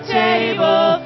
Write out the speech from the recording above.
table